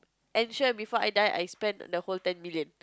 ensure before I die I spend the whole ten million